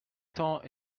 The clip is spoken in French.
temps